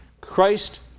Christ